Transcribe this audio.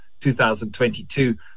2022